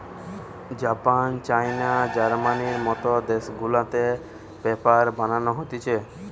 Japan, China, জার্মানির মত দেশ গুলাতে পেপার বানানো হতিছে